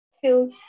feel